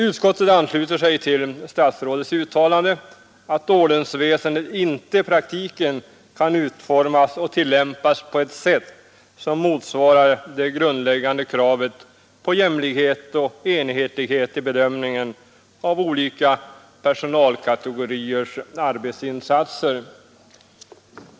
Utskottet ansluter sig till statsrådets uttalande att ordensväsendet inte i praktiken kan utformas och tillämpas på ett sätt som motsvarar det grundläggande kravet på jämlikhet och enhetlighet i bedömningen av olika personalkategoriers arbetsinsatser.